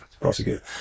prosecute